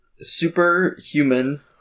Superhuman